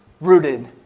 rooted